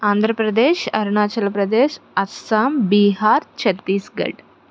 Andhra Pradesh Arunachal Pradesh Assam Bihar Chhattisgarh